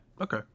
Okay